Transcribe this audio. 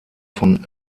von